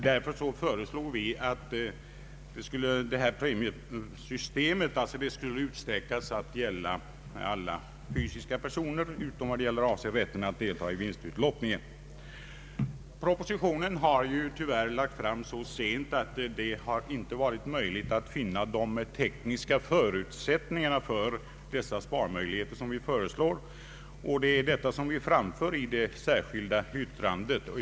Därför föreslår vi att premiesystemet skulle utsträckas att gälla alla fysiska personer utom vad avser rätten att delta i vinstutlottningen. Propositionen har tyvärr lagts fram så sent att det inte har varit möjligt att finna de tekniska förutsättningarna för de sparmöjligheter som vi föreslår, och det är detta som anförs i det särskilda yttrandet.